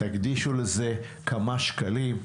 תקדישו לזה כמה שקלים,